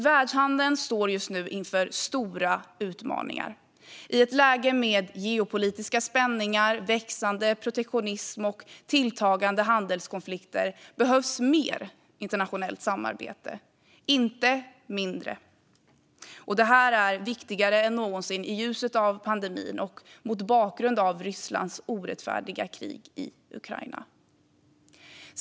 Världshandeln står just nu inför stora utmaningar. I ett läge med geopolitiska spänningar, växande protektionism och tilltagande handelskonflikter behövs mer internationellt samarbete - inte mindre. Det här är viktigare än någonsin i ljuset av pandemin och mot bakgrund av Rysslands orättfärdiga krig i Ukraina.